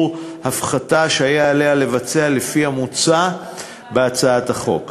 הפחתה שהיה עליה לבצע לפי המוצע בהצעת החוק,